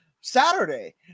Saturday